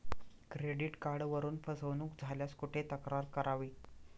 Credit कार्डवरून फसवणूक झाल्यास कुठे तक्रार करावी?